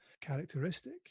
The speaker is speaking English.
characteristic